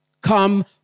come